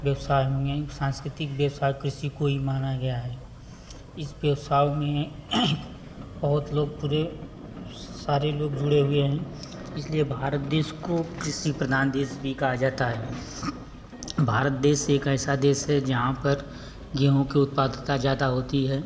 व्यवसाय मेन सांस्कृतिक व्यवसाय कृषि को ही माना गया है इस व्यवसाय में बहुत लोग पूरे सारे लोग जुड़े हुए हैं इसलिए भारत देश को कृषि प्रधान देश भी कहा जाता है भारत देश एक ऐसा देश है जहाँ पर गेहूँ की उत्पादता ज़्यादा होती है